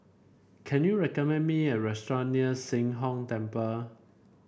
can you recommend me a restaurant near Sheng Hong Temple